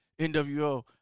NWO